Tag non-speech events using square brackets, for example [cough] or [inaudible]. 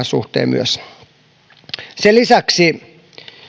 [unintelligible] suhteen sen lisäksi